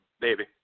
baby